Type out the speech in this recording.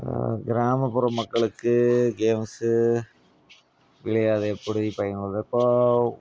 கிராமப்புற மக்களுக்கு கேம்ஸ்ஸு விளையாடுறது எப்படி பயனுள்ளது